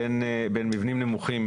בין מבנים נמוכים,